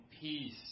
peace